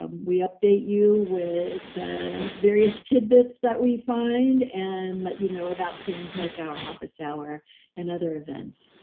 um we update you with the various tidbits that we find and let you know about things like our office hour and other events.